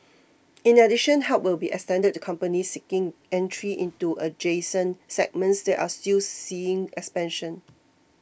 in addition help will be extended to companies seeking entry into adjacent segments that are still seeing expansion